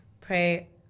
Pray